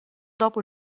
dopo